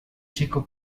chico